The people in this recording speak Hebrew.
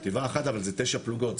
חטיבה אחת אבל זה תשע פלוגות,